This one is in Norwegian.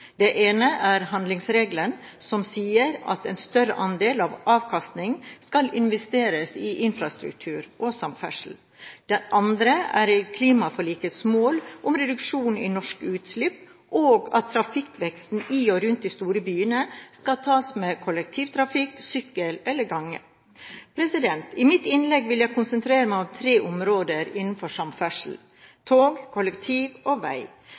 Det ene er handlingsregelen, som sier at en større andel av avkastningen skal investeres i infrastruktur og samferdsel. Det andre er klimaforlikets mål om reduksjon i norske utslipp, og at trafikkveksten i og rundt de store byene skal tas med kollektivtrafikk, sykkel eller gange. I mitt innlegg vil jeg konsentrere meg om tre områder innenfor samferdsel: tog, kollektiv og vei.